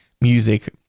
music